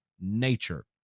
nature